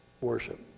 worship